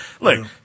Look